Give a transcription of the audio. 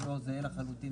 אם לא זהה לחלוטין,